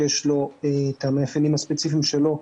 שיש לו את המאפיינים הספציפיים שלו,